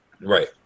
Right